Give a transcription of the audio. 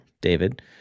David